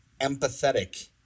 empathetic